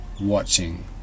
watching